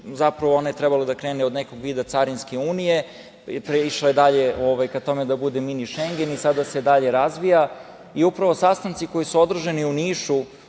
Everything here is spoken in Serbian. zapravo, ona je trebalo da krene od nekog vida carinske unije, pa je išla dalje ka tome da bude „Mini Šengen“ i sada se dalje razvija i upravo sastanci koji su održani u Nišu